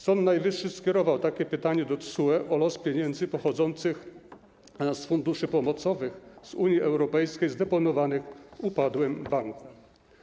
Sąd Najwyższy skierował takie pytanie do TSUE, o los pieniędzy pochodzących z funduszy pomocowych z Unii Europejskiej, zdeponowanych w upadłym banku.